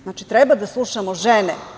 Znači, treba da slušamo žene.